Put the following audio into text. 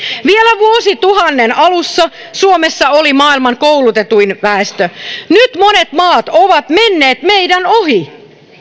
vielä vuosituhannen alussa suomessa oli maailman koulutetuin väestö nyt monet maat ovat menneet meidän ohitsemme